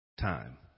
time